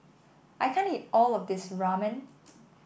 I can't eat all of this Ramen